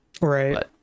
right